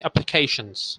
applications